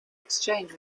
exchange